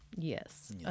Yes